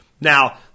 Now